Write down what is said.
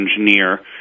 engineer